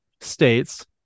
states